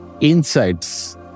insights